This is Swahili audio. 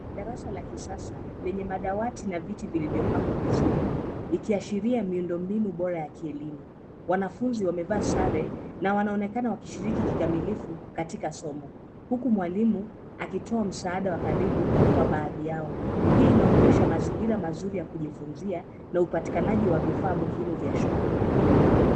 Darasa la kisasa lenye madawati na viti vilivyopangwa vizuri ikiashiria miundo mbinu bora ya kielimu. Wanafunzi wamevaa sare na wanaonekana wakishiriki kikamilifu katika somo, huku mwalimu akitoa msaada wa karibu kwa baadhi yao. Hii inaonyesha mazingira mazuri ya kujifunzia na upatikanaji wa vifaa muhimu vya shule.